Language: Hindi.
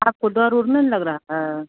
आपको डर ओर नहीं न लग रहा है